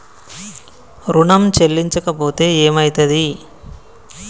ఋణం చెల్లించకపోతే ఏమయితది?